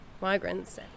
migrants